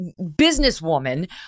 businesswoman